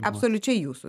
absoliučiai jūsų